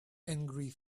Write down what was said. angry